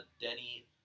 Denny